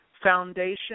foundation